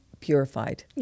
purified